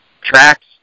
tracks